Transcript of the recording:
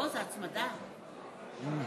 מה התקנון אומר?